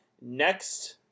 next